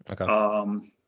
Okay